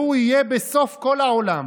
והוא יהיה בסוף כל העולם,